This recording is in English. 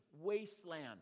wasteland